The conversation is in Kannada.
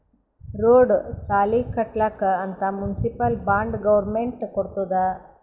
ರೋಡ್, ಸಾಲಿ ಕಟ್ಲಕ್ ಅಂತ್ ಮುನ್ಸಿಪಲ್ ಬಾಂಡ್ ಗೌರ್ಮೆಂಟ್ ಕೊಡ್ತುದ್